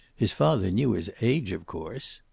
his father knew his age, of course.